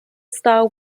star